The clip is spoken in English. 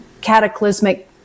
cataclysmic